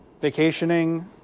vacationing